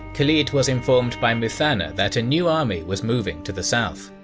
khalid was informed by muthanna that a new army was moving to the south.